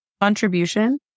Contribution